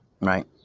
right